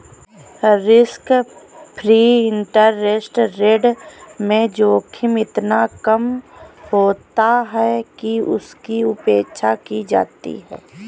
risk free interest rate में जोखिम इतना कम होता है कि उसकी उपेक्षा की जाती है